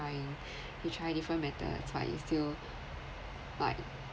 trying we try different methods but it's still like